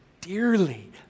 dearly